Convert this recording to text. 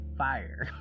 fire